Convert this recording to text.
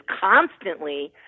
constantly